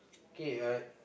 okay I